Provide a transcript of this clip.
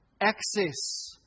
access